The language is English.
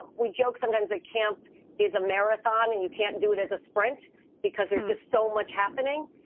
but we joke sometimes that camp is a marathon and you can't do it as a sprint because there's just so much happening.